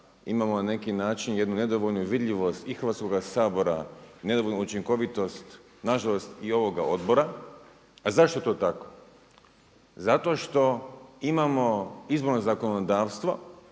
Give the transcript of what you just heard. imamo na neki način jednu nedovoljnu vidljivost i Hrvatskoga sabora, nedovoljnu učinkovitost nažalost i ovoga odbora. A zašto je to tako? Zato što imamo izborno zakonodavstvo